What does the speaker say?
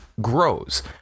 Grows